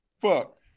fuck